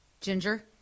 ginger